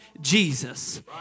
Jesus